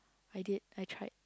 I did I tried